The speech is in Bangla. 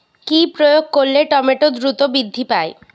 কি প্রয়োগ করলে টমেটো দ্রুত বৃদ্ধি পায়?